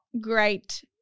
great